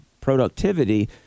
productivity